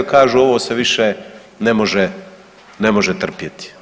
Kaže ovo se više ne može trpjeti.